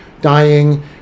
dying